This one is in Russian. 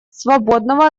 свободного